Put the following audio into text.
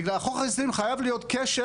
בגלל חוק ההסדרים חייב להיות קשר